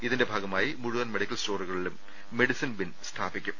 ഇതിന്റെ ഭാഗമായി മുഴുവൻ മെഡി ക്കൽ സ്റ്റോറുകളിലും മെഡിസിൻ ബിൻ സ്ഥാപിക്കും